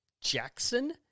Jackson